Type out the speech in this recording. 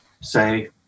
say